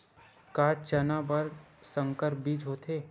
का चना बर संकर बीज होथे?